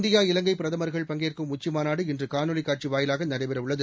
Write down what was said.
India இலங்கை பிரதமர்கள் பங்கேற்கும் உச்சிமாநாடு இன்று காணொலி காட்சி வாயிலாக நடைபெறவுள்ளது